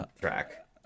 track